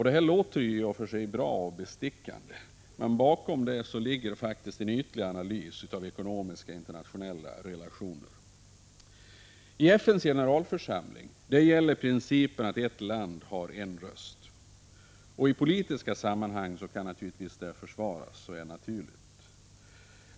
Det låter ju i och för sig bra och bestickande, men bakom de resonemangen döljer sig en ytlig analys av internationella ekonomiska relationer. I FN:s generalförsamling gäller principen att ett land har en röst. I politiska sammanhang kan det naturligtvis försvaras.